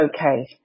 okay